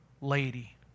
lady